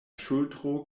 ŝultro